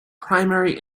primary